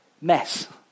mess